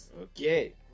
okay